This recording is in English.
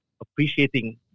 appreciating